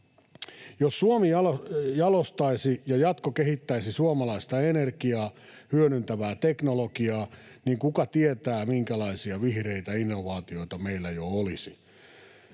Jos Suomi jalostaisi ja jatkokehittäisi suomalaista energiaa hyödyntävää teknologiaa, niin kuka tietää, minkälaisia vihreitä innovaatioita meillä jo olisi.